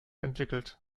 entwickelt